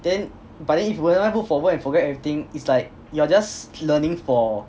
then but then if you memorise word for word and you forget everything it's like you're just learning for